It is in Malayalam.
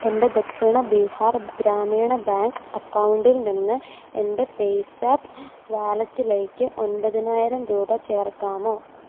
എൻ്റെ ദക്ഷിണ ബിഹാർ ഗ്രാമീണ ബാങ്ക് അക്കൗണ്ടിൽ നിന്ന് എൻ്റെ പേയ്സാപ്പ് വാലറ്റിലേക്ക് ഒൻമ്പതിനായിരം രൂപ ചേർക്കാമോ